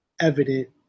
evident